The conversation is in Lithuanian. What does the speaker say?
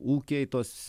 ūkiai tos